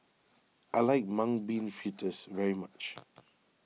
I like Mung Bean Fritters very much